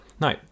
No